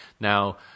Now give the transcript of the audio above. Now